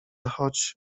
choć